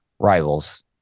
rivals